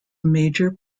major